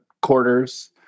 Quarters